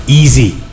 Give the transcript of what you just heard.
easy